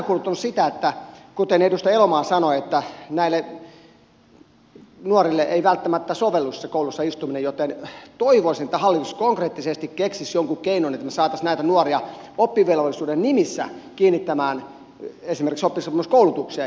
olisin peräänkuuluttanut sitä kuten edustaja elomaa että näille nuorille ei välttämättä sovellu se koulussa istuminen joten toivoisin että hallitus konkreettisesti keksisi jonkun keinon että me saisimme näitä nuoria oppivelvollisuuden nimissä kiinnitetyksi esimerkiksi oppisopimuskoulutukseen